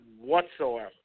whatsoever